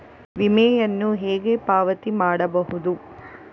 ವಿಮೆಯನ್ನು ಹೇಗೆ ಪಾವತಿ ಮಾಡಬಹುದು?